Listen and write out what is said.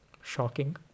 shocking